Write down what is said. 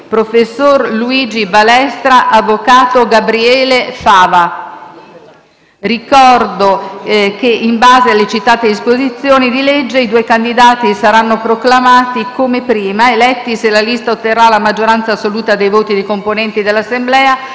professor Luigi Balestra - avvvocato Gabriele Fava Ricordo che in base alla citata disposizione di legge i due candidati saranno proclamati eletti se la lista posta in votazione otterrà la maggioranza assoluta dei voti dei componenti l'Assemblea,